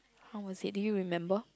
how was it do you remember